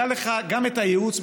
היה לך גם את הייעוץ,